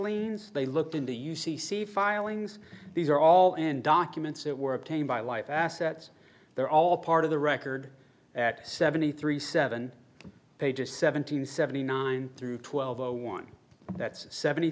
liens they looked in the u c c filings these are all in documents that were obtained by life assets they're all part of the record seventy three seven pages seven hundred seventy nine through twelve o one that's seventy